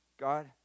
God